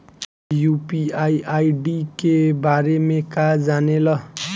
UPI ID के बारे में का जाने ल?